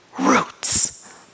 Roots